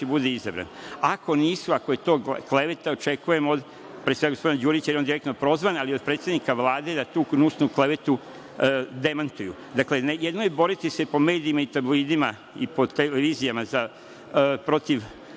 bude izabran? Ako nisu, ako je to kleveta, očekujem od pre svega gospodina Đurića, jer on je direktno prozvan, ali i od predsednika Vlade da tu gnusnu klevetu demantuju. Dakle, jedno je boriti se po medijima i tabloidima i televizijama protiv